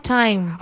time